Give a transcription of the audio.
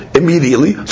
immediately